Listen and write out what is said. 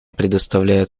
предоставляет